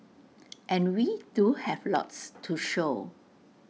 and we do have lots to show